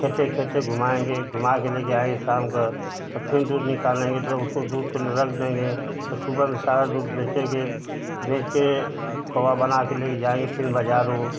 खेते खेते घुमाएँगे घुमाकर लेकर आए शाम को तब फिर दूध निकालेंगे तब उसको दूध को रख देंगे तो सुबह सारा दूध बेचेंगे बेचकर खोआ बनाकर लेकर जाएँगे फिर बाज़ार और